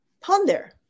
ponder